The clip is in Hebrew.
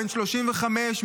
בן 35,